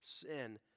sin